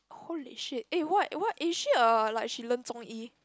holy shit eh what what is she a like she learn 中医:zhong-yi